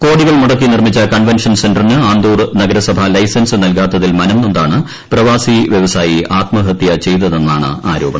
കോടികൾ മുടക്കൂി നിർമ്മിച്ച കൺവെഷൻ സെന്ററിന് ആന്തൂർ നഗരസഭ ല്ലൈസിൻസ് നൽകാത്തതിൽ മനം നൊന്താണ് പ്രവാസി വ്യവസായി ആത്മ്ഹത്യ ചെയ്തതെന്നാണ് ആ രോപണം